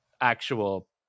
actual